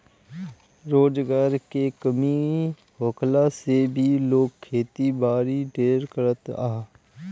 रोजगार के कमी होखला से भी लोग खेती बारी ढेर करत हअ